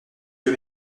que